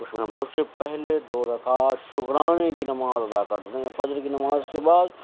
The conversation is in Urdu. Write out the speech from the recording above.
اس میں ہم سب سے پہلے دو رکعت شکرانے کی نماز ادا کرتے ہیں فجر کی نماز کے بعد